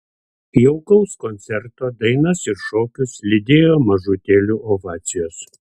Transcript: jaukaus koncerto dainas ir šokius lydėjo mažutėlių ovacijos